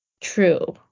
true